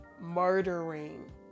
Murdering